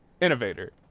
Innovator